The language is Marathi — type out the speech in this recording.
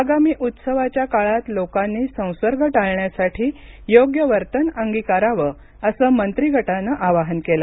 आगामी उत्सवाच्या काळात लोकांनी संसर्ग टाळण्यासाठी योग्य वर्तन अंगिकारावं असं मंत्रीगटानं आवाहन केलं